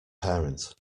parent